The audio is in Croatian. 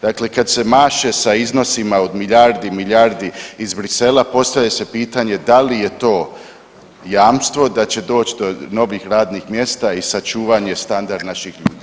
Dakle, kad se maše sa iznosima od milijardi, milijardi iz Bruxellesa postavlja se pitanje da li je to jamstvo da će doći do novih radnih mjesta i sačuvanje standard naših ljudi.